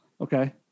Okay